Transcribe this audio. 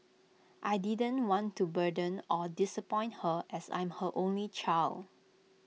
I didn't want to burden or disappoint her as I'm her only child